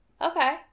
okay